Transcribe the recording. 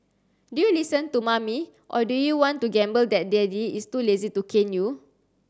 do you listen to mommy or do you want to gamble that daddy is too lazy to cane you